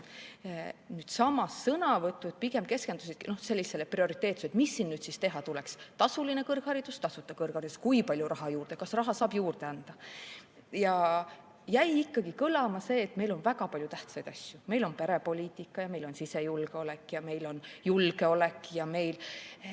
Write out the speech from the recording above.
Samas, sõnavõtud keskendusid pigem sellisele prioriteetsusele, et mis siin nüüd siis teha tuleks. Kas tasuline kõrgharidus või tasuta kõrgharidus, kui palju raha juurde anda ja kas raha saab juurde anda? Jäi ikkagi kõlama see, et meil on väga palju tähtsaid asju: meil on perepoliitika ja meil on sisejulgeolek ja meil on julgeolek ja meil